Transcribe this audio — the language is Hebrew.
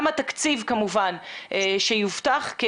גם לתקציבי